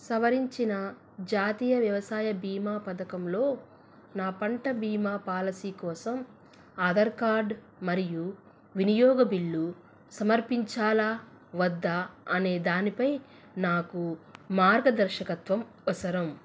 సవరించిన జాతీయ వ్యవసాయ భీమా పథకంలో నా పంట భీమా పాలసీ కోసం ఆధార్ కార్డ్ మరియు వినియోగ బిల్లు సమర్పించాలా వద్దా అనే దానిపై నాకు మార్గదర్శకత్వం అవసరం